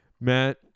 Matt